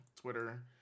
Twitter